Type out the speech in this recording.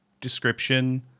description